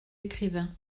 écrivains